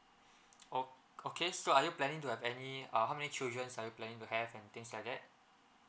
oh okay so are you planning to have any uh how many childrens are you planning to have and things like that